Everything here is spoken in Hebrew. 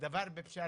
סגרנו את הדבר בפשרה.